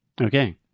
Okay